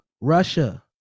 Russia